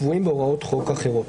אולפני הטלוויזיה.